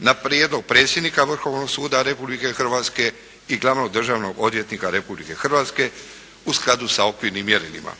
na prijedlog predsjednika Vrhovnog suda Republike Hrvatske i glavnog državnog odvjetnika Republike Hrvatske u skladu sa okvirnim mjerilima.